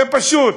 זה פשוט,